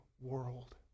world